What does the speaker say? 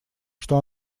что